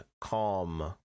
calm